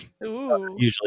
usually